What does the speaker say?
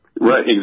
Right